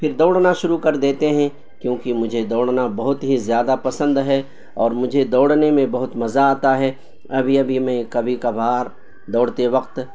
پھر دوڑنا شروع کر دیتے ہیں کیونکہ مجھے دوڑنا بہت ہی زیادہ پسند ہے اور مجھے دوڑنے میں بہت مزا آتا ہے ابھی ابھی میں کبھی کبھار دوڑتے وقت